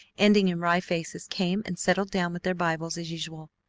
ending in wry faces, came and settled down with their bibles as usual.